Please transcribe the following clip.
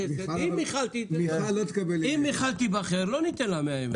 אם מיכל תיבחר, לא ניתן לה מאה ימי חסד.